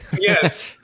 Yes